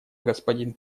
господин